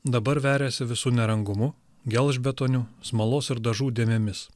dabar veriasi visu nerangumu gelžbetoniu smalos ir dažų dėmėmis